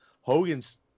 Hogan's